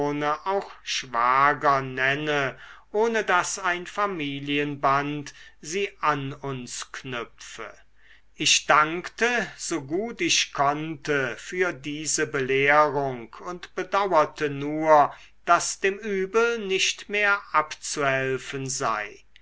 auch schwager nenne ohne daß ein familienband sie an uns knüpfe ich dankte so gut ich konnte für diese belehrung und bedauerte nur daß dem übel nicht mehr abzuhelfen sei